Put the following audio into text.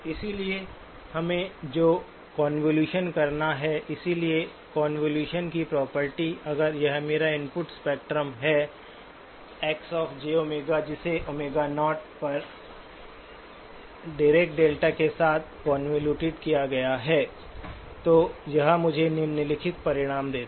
इसलिए हमें जो कोंवोलुशन करना है इसलिए कोंवोलुशन की प्रॉपर्टी अगर यह मेरा इनपुट स्पेक्ट्रम है XjΩ जिसे Ω0 पर डायराक डेल्टा के साथ कन्वोल्वड किआ गया है तो यह मुझे निम्नलिखित परिणाम देता है